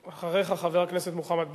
אחריך, חבר הכנסת מוחמד ברכה,